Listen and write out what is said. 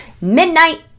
midnight